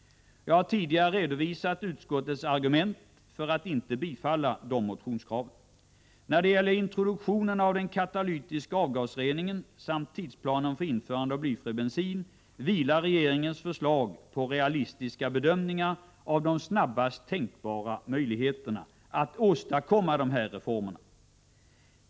Jag har tidigare redovisat utskottets argument för att inte bifalla dessa motionskrav. När det gäller introduktionen av den katalytiska avgasreningen samt tidsplanen för införandet av blyfri bensin vilar regeringens förslag på realistiska bedömningar av de snabbaste tänkbara möjligheterna att åstadkomma dessa reformer.